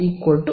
x'2y'2z'2a2